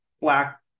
black